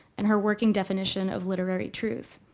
and her working definition of literary truth.